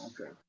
Okay